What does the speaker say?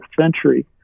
century